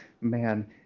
Man